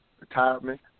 Retirement